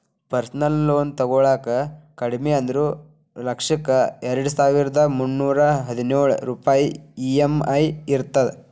personal loan ತೊಗೊಳಾಕ ಕಡಿಮಿ ಅಂದ್ರು ಲಕ್ಷಕ್ಕ ಎರಡಸಾವಿರ್ದಾ ಮುನ್ನೂರಾ ಹದಿನೊಳ ರೂಪಾಯ್ ಇ.ಎಂ.ಐ ಇರತ್ತ